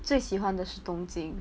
最喜欢的是东京